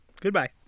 Goodbye